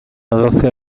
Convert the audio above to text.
doce